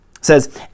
says